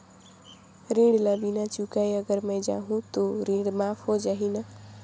ऋण ला बिना चुकाय अगर मै जाहूं तो ऋण माफ हो जाही न?